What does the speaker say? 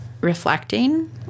reflecting